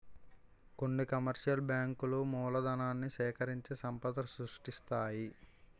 కొన్ని కమర్షియల్ బ్యాంకులు మూలధనాన్ని సేకరించి సంపద సృష్టిస్తాయి